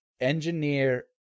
engineer